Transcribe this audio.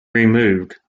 removed